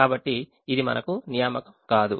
కాబట్టి ఇది మనకు నియామకం కాదు